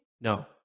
No